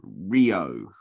Rio